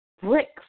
bricks